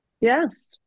Yes